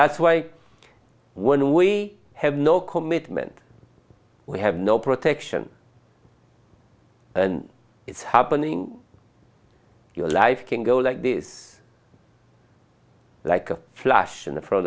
that's why when we have no commitment we have no protection and it's happening your life can go like this like a flash and in front